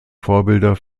vorbilder